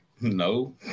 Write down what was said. No